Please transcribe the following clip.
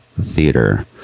theater